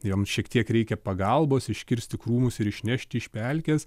jom šiek tiek reikia pagalbos iškirsti krūmus ir išnešti iš pelkės